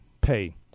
pay